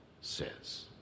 says